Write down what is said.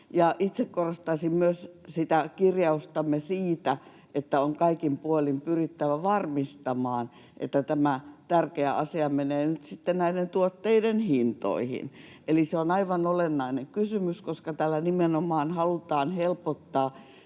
Itse korostaisin myös kirjaustamme siitä, että on kaikin puolin pyrittävä varmistamaan, että tämä tärkeä asia menee nyt sitten näiden tuotteiden hintoihin. Se on aivan olennainen kysymys, koska tällä nimenomaan halutaan helpottaa